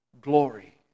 glory